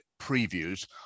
previews